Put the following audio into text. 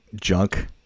junk